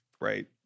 right